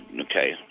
okay